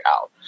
out